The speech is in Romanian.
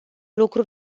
lucru